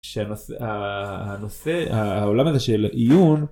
של נושא העולם הזה של עיון.